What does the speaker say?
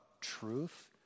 truth